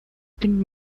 been